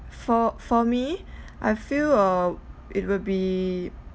for for me I feel uh it would be